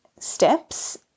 steps